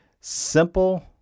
Simple